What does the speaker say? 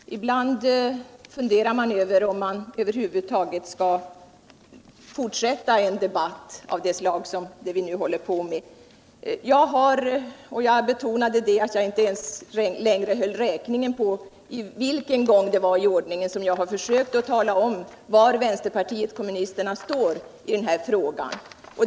Herr talman! Ibland funderar man över om man över huvud taget skall fortsätta on debatt av det stag som den vi nu håller på med. Jag betonade att jag inte längre kan hålla räkning på vilken gång i ordningen som jag försökt tala om var vänsterpartiet kommunisterna står i denna fråga.